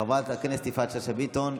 חברת הכנסת יפעת שאשא ביטון.